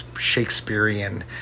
Shakespearean